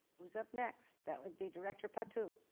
who's up next. that would be director patu.